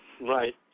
Right